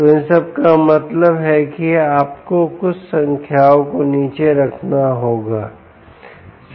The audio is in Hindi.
तो इन सब का मतलब है कि आपको कुछ संख्याओं को नीचे रखना होगा सही